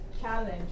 challenge